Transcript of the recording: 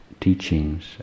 teachings